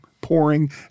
pouring